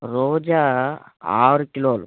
రోజా ఆరు కిలోలు